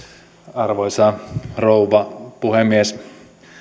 arvoisa rouva puhemies